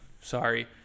Sorry